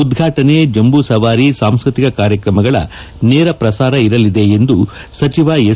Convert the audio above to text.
ಉದ್ವಾಟನೆ ಜಂಬೂಸವಾರಿ ಸಾಂಸ್ಕೃತಿಕ ಕಾರ್ಯಕ್ರಮಗಳ ನೇರ ಪ್ರಸಾರ ಇರಲಿದೆ ಎಂದು ಸಚಿವ ಎಸ್